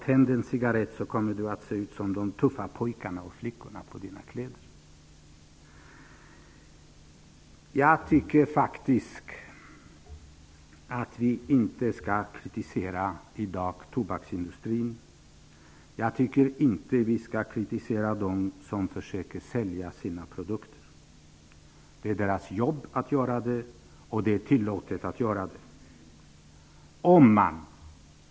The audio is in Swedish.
Tänd en cigarett så kommer du att se ut som de tuffa pojkarna och flickorna med dina kläder. Jag tycker faktiskt inte att vi i dag skall kritisera tobaksindustrin. Jag tycker inte heller att vi skall kritisera dem som försöker sälja sina produkter. Det är deras jobb att göra det, och det är tillåtet att göra det.